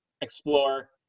explore